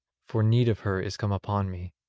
for need of her is come upon me.